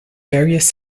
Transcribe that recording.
various